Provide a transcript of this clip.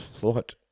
thought